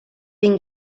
been